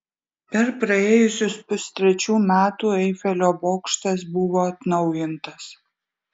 per praėjusius pustrečių metų eifelio bokštas buvo atnaujintas